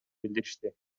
билдиришти